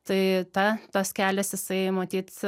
tai ta tas kelias jisai matyt